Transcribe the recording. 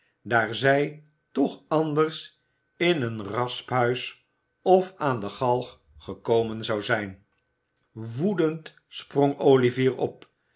daar zij toch anders in een rasphuis of aan de galg gekomen zou zijn woedend sprong olivier op